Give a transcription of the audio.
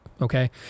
okay